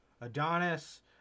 Adonis